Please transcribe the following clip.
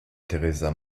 teresa